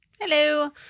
Hello